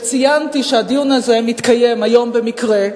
ציינתי שהדיון הזה מתקיים היום, במקרה,